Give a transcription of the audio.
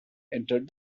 entered